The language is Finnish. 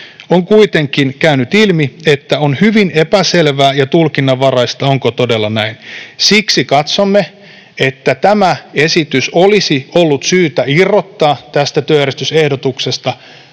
On kuitenkin käynyt ilmi, että on hyvin epäselvää ja tulkinnanvaraista, onko todella näin. Siksi katsomme, että tämä esitys olisi ollut syytä irrottaa tästä työjärjestysehdotuksesta,